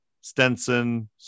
Stenson